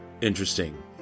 interesting